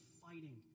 Fighting